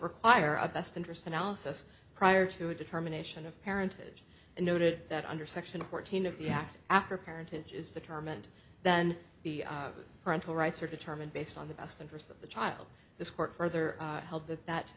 require a best interest analysis prior to a determination of parentage and noted that under section fourteen of the act after parenthood as the term and then the parental rights are determined based on the best interest of the child this court further held that that